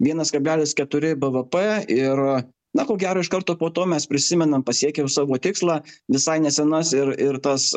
vienas kablelis keturi bvp ir na ko gero iš karto po to mes prisimenam pasiekė jau savo tikslą visai nesenas ir ir tas